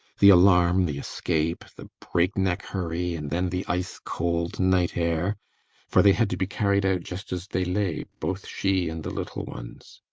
the alarm the escape the break-neck hurry and then the ice-cold night air for they had to be carried out just as they lay both she and the little ones.